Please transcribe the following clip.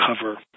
cover